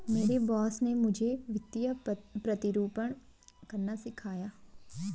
मेरे बॉस ने मुझे वित्तीय प्रतिरूपण करना सिखाया